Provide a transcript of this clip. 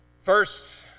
First